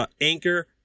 Anchor